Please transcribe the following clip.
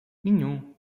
nenhum